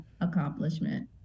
accomplishment